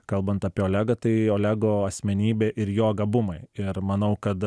kalbant apie olegą tai olego asmenybė ir jo gabumai ir manau kad